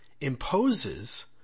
imposes